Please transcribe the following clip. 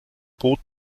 boot